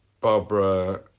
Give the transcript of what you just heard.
Barbara